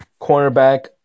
cornerback